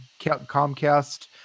Comcast